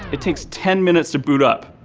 it takes ten minutes to boot up.